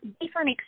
different